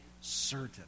certain